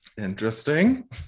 Interesting